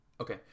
okay